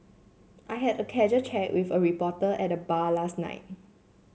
I had a casual chat with a reporter at the bar last night